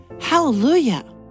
hallelujah